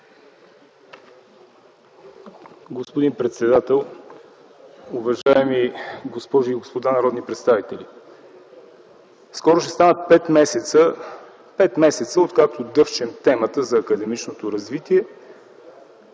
Господин председател, уважаеми госпожи и господа народни представители! Скоро ще станат пет месеца, откакто дъвчем темата за академичното развитие.